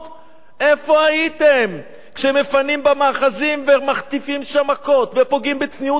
איפה הייתם כשמפנים במאחזים ומחטיפים שם מכות ופוגעים בצניעות של בנות?